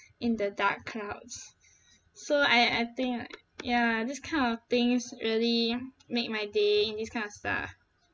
in the dark clouds so I I think like ya this kind of things really make my day this kind of stuff